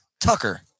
Tucker